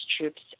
troops